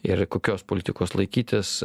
ir kokios politikos laikytis